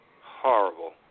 Horrible